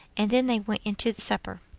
and then they went in to the supper.